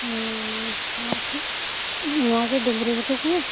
ᱱᱚᱶᱟ ᱱᱚᱶᱟ ᱠᱤ ᱰᱩᱝᱨᱤ ᱜᱷᱩᱴᱩ ᱠᱟᱱᱟ